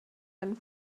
einen